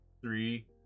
three